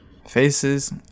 faces